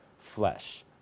flesh